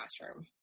classroom